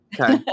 Okay